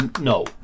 No